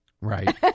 Right